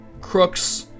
Crooks